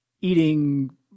eating